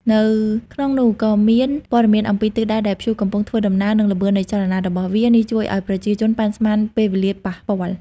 នៅក្នុងនោះក៏មានព័ត៌មានអំពីទិសដៅដែលព្យុះកំពុងធ្វើដំណើរ និងល្បឿននៃចលនារបស់វា នេះជួយឱ្យប្រជាជនប៉ាន់ស្មានពេលវេលាប៉ះពាល់។